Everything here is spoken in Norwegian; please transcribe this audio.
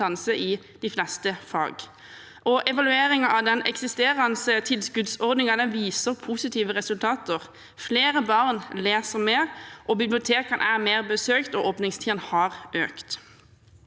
i de fleste fag. Evalueringen av den eksisterende tilskuddsordningen viser positive resultater. Flere barn leser mer, bibliotekene er mer besøkt, og åpningstidene har økt.